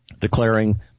declaring